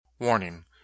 Warning